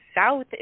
south